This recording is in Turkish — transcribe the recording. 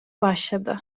başladı